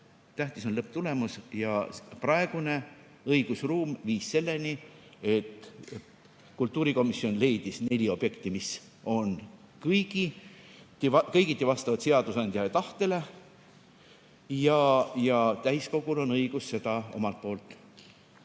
tähtis on lõpptulemus. Praegune õigusruum viis selleni, et kultuurikomisjon leidis neli objekti, mis on kõigiti vastavad seadusandja tahtele. Ja täiskogul on õigus seda omalt poolt